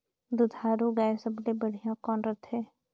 दुधारू गाय सबले बढ़िया कौन रथे?